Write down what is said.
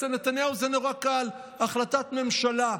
אצל נתניהו זה נורא קל, החלטת ממשלה.